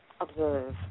observe